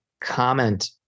comment